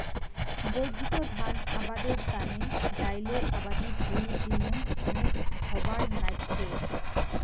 বর্ধিত ধান আবাদের তানে ডাইলের আবাদি ভুঁই দিনং কণেক হবার নাইগচে